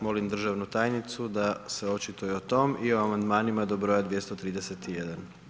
Molim držanu tajnicu da se očituje o tome i o amandmanima do broja 231.